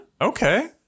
Okay